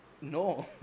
No